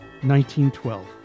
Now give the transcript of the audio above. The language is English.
1912